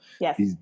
yes